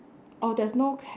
oh there's no cap